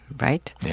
right